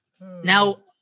Now